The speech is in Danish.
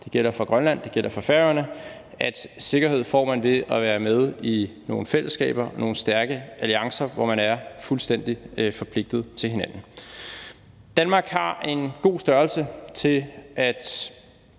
det gælder for Grønland, det gælder for Færøerne, at sikkerhed får man ved at være med i nogle fællesskaber og nogle stærke alliancer, hvor man er fuldstændig forpligtet til hinanden. Danmark har en god størrelse til at